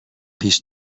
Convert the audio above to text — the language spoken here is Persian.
پیش